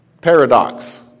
Paradox